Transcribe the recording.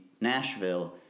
Nashville